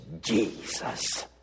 Jesus